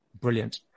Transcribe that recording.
Brilliant